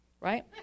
right